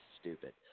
stupid